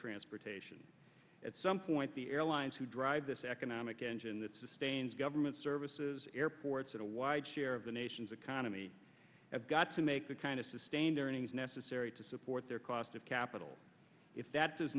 transportation at some point the airlines who drive this economic engine that sustains government services airports in a wide share of the nation's economy have got to make the kind of sustained earnings necessary to support their cost of capital if that does